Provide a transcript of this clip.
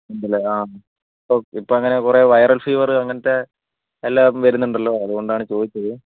ഉണ്ടല്ലേ ആഹ് ഓക്കെ ഇപ്പോൾ അങ്ങനെ കുറെ വൈറൽ ഫീവർ അങ്ങനത്തെ എല്ലാം വരുന്നുണ്ടല്ലോ അതുകൊണ്ട് ആണ് ചോദിച്ചത്